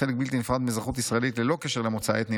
וכחלק בלתי נפרד מאזרחות ישראלית ללא קשר למוצא אתני,